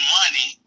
money